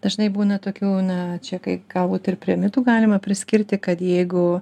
dažnai būna tokių ne čia kai galbūt ir prie mitų galima priskirti kad jeigu